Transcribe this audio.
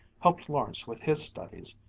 helped lawrence with his studies.